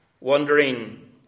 wondering